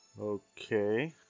Okay